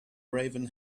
raven